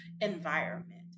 environment